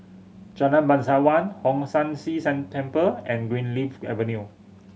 Jalan Bangsawan Hong San See San Temple and Greenleaf Avenue